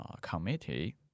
committee